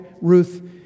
Ruth